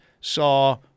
saw